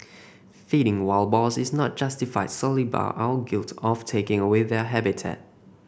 feeding wild boars is not justified solely by our guilt of taking away their habitat